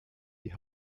die